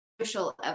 social